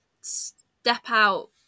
step-out